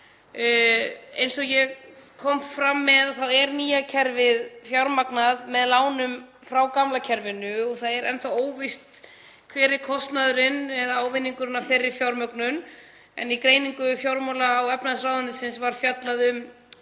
Eins og ég kom fram með er nýja kerfið fjármagnað með lánum úr gamla kerfinu og það er enn óvíst hver kostnaðurinn er eða ávinningurinn af þeirri fjármögnun. En í greiningu fjármála- og efnahagsráðuneytisins var fjallað um